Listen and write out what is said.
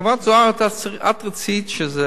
חברת הכנסת זוארץ, את רצית שזה